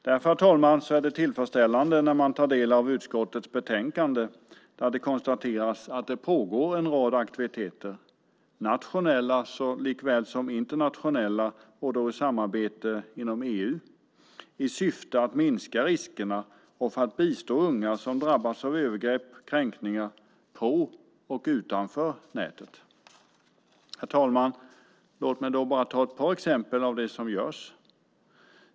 Det är därför tillfredsställande att ta del av utskottets betänkande där det konstateras att det pågår en rad aktiviteter, nationella såväl som internationella - då i ett samarbete inom EU - i syfte att minska riskerna och för att bistå unga som har drabbats av övergrepp och kränkningar på och utanför nätet. Herr talman! Låt mig ge ett par exempel på vad som görs.